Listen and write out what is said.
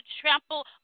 trample